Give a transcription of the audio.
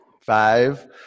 Five